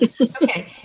Okay